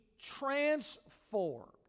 transformed